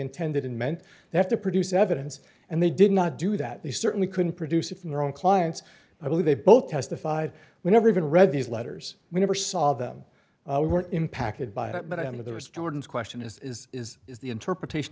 intended and meant they have to produce evidence and they did not do that they certainly couldn't produce it from their own clients i believe they both testified we never even read these letters we never saw them were impacted by it but i mean there was jordan's question is is is is the interpretation